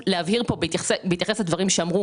הבדיקות שאנחנו עושים,